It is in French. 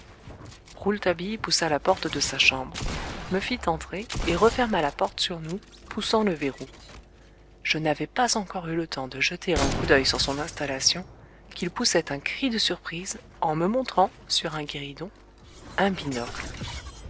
rouletabille poussa la porte de sa chambre me fit entrer et referma la porte sur nous poussant le verrou je n'avais pas encore eu le temps de jeter un coup d'œil sur son installation qu'il poussait un cri de surprise en me montrant sur un guéridon un binocle